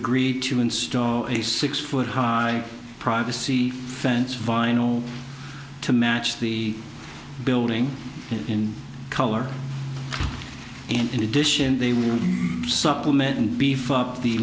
agreed to install a six foot high privacy fence vinyl to match the building in color and in addition they will supplement and beef up the